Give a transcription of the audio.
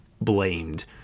blamed